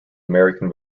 american